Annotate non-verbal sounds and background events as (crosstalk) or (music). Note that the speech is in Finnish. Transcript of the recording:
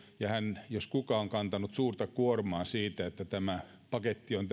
ja hän jos kuka on kantanut suurta kuormaa siitä että tämä paketti on (unintelligible)